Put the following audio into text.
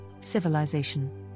civilization